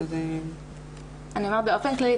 באופן כללי,